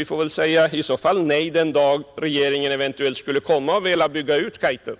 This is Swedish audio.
Vi får väl i så fall säga nej den dag regeringen skulle vilja bygga ut Kaitum.